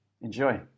enjoy